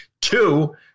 two